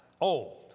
old